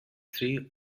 three